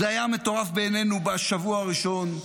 זה היה מטורף בעינינו בשבוע הראשון,